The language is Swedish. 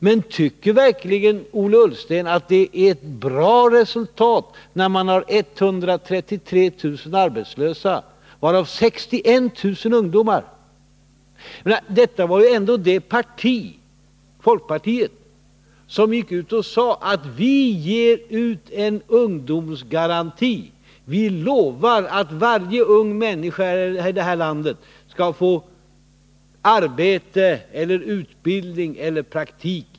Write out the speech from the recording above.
Men tycker verkligen Ola Ullsten att det är ett bra resultat när man har 133 000 arbetslösa, varav 61 000 är ungdomar? Folkpartiet var ändå det parti som gick ut och sade: Vi ställer ut en ungdomsgaranti, vi lovar att varje ung människa här i landet skall få arbete eller utbildning eller praktik.